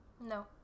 No